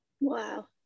Wow